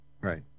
Right